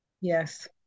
Yes